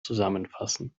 zusammenfassen